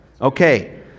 okay